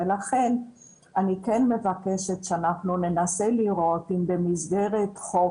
ולכן אני כן מבקשת שאנחנו ננסה לראות אם במסגרת חוק